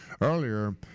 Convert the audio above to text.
earlier